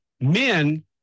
men